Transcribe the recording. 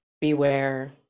beware